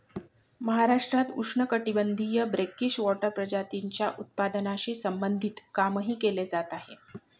महाराष्ट्रात उष्णकटिबंधीय brackish water प्रजातींच्या उत्पादनाशी संबंधित कामही केले जात आहे